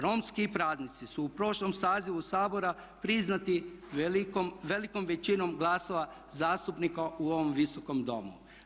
Romski praznici su u prošlom sazivu Sabora priznati velikom većinom glasova zastupnika u ovom Visokom domu.